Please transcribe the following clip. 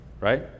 Right